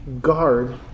guard